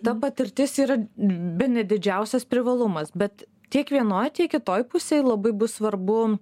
ta patirtis yra bene didžiausias privalumas bet tiek vienoj tiek kitoj pusėj labai bus svarbu